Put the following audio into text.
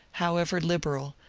however liberal,